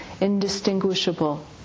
indistinguishable